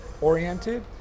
oriented